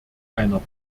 einer